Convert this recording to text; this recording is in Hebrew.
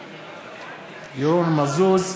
מזוז,